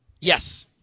Yes